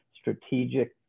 strategic